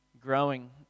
growing